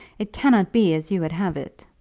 it cannot be as you would have it.